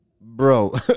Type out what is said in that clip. bro